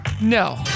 No